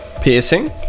piercing